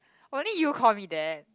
only you call me that